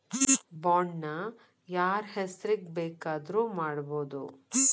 Bond ನ ಯಾರ್ಹೆಸ್ರಿಗ್ ಬೆಕಾದ್ರುಮಾಡ್ಬೊದು?